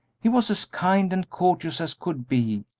he was as kind and courteous as could be,